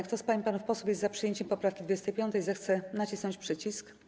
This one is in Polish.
Kto z pań i panów posłów jest za przyjęciem poprawki 25., zechce nacisnąć przycisk.